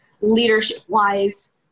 leadership-wise